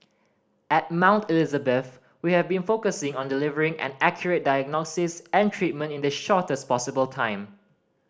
at Mount Elizabeth we have been focusing on delivering an accurate diagnosis and treatment in the shortest possible time